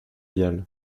national